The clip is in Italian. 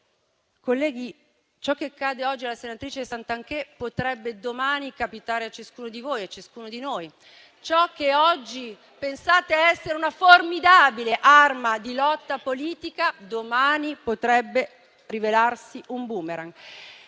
colleghi, ciò che accade oggi alla senatrice Garnero Santanchè potrebbe domani capitare a ciascuno di voi e a ciascuno di noi. *(Commenti)*. Ciò che oggi pensate essere una formidabile arma di lotta politica, domani potrebbe rivelarsi un *boomerang*.